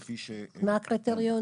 כפי --- סליחה, מה הקריטריונים?